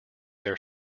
their